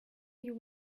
you